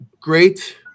Great